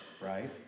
right